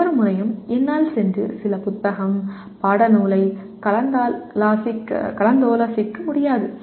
ஒவ்வொரு முறையும் என்னால் சென்று சில புத்தகம் பாடநூலைக் கலந்தாலோசிக்க முடியாது